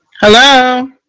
hello